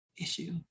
issue